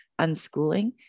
unschooling